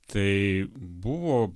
tai buvo